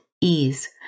ease